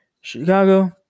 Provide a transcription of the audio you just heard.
Chicago